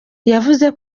yavuze